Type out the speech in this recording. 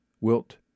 Wilt